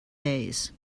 days